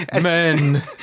Men